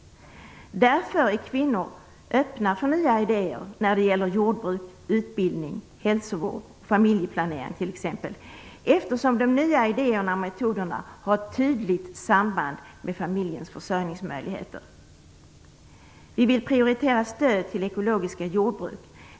Därför är kvinnor öppna för nya idéer när det gäller jordbruk, utbildning, hälsovård, familjeplanering. De nya idéerna och metoderna har tydligt samband med familjens försörjningsmöjligheter. Vi vill prioritera stöd till ekologiskt jordbruk.